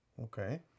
okay